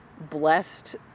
blessed